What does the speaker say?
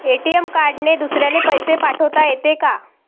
ATM कार्डने दुसऱ्याले पैसे पाठोता येते का?